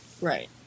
Right